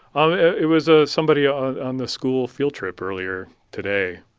ah it was ah somebody ah on the school field trip earlier today.